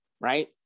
right